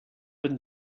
and